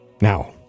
now